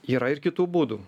yra ir kitų būdų